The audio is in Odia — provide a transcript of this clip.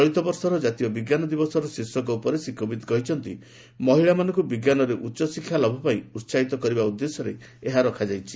ଚଳିତବର୍ଷର ଜାତୀୟ ବିଜ୍ଞାନ ଦିବସର ଶୀର୍ଷକ ଉପରେ ଶ୍ରୀ କୋବିନ୍ଦ କହିଛନ୍ତି ମହିଳାମାନଙ୍କୁ ବିଜ୍ଞାନରେ ଉଚ୍ଚଶିକ୍ଷା ଲାଭ ପାଇଁ ଉସାହିତ କରିବା ଉଦ୍ଦେଶ୍ୟରେ ଏହା ରଖାଯାଇଛି